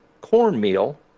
cornmeal